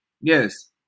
Yes